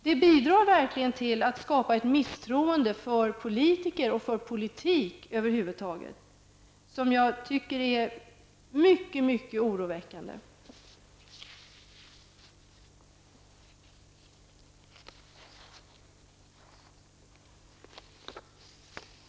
Vi bidrar verkligen till att skapa ett misstroende mot politiker och mot politik över huvud taget, som jag tycker är mycket mycket oroväckande.